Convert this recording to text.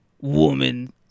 woman